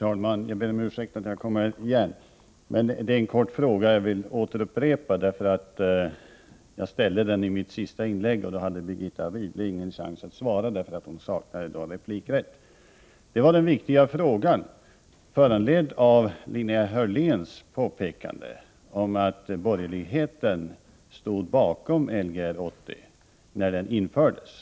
Herr talman! Jag ber om ursäkt för att jag kommer igen. Det är en kort fråga som jag vill återupprepa. Jag ställde den i mitt förra inlägg, och då hade Birgitta Rydle ingen chans att svara därför att hon saknade replikrätt. Det är en viktig fråga, föranledd av Linnea Hörléns påpekande att borgerligheten stod bakom Lgr 80 när den infördes.